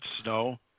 Snow